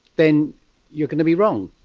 then you're going to be wrong.